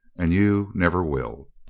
and you never will.